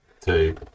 two